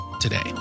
today